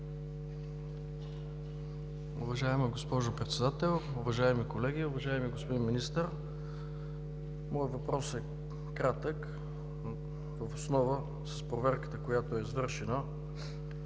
Уважаема госпожо Председател, уважаеми колеги! Уважаеми господин Министър, моят въпрос е кратък: въз основа на проверката, която е извършена